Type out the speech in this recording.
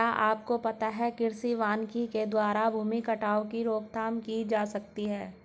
क्या आपको पता है कृषि वानिकी के द्वारा भूमि कटाव की रोकथाम की जा सकती है?